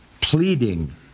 pleading